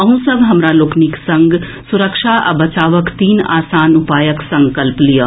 अहूँ सभ हमरा लोकनि संग सुरक्षा आ बचावक तीन आसान उपायक संकल्प लियऽ